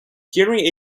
hearing